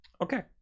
Okay